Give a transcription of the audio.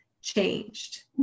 changed